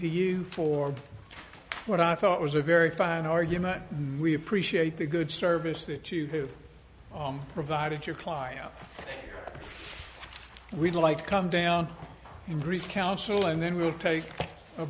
to you for what i thought was a very fine argument we appreciate the good service that you have provided your client we'd like to come down in brief counsel and then we'll take a